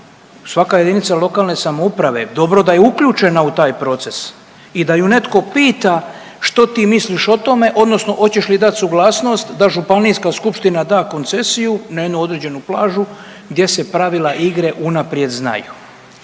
koje su bile štetne, svaka JLS dobro da je uključena u taj proces i da ju netko pita što ti misliš o tome odnosno oćeš li dat suglasnost da županijska skupština da koncesiju na jednu određenu plažu gdje se pravila igre unaprijed znaju.